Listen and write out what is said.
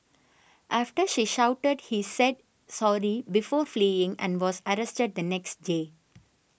after she shouted he said sorry before fleeing and was arrested the next day